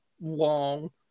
long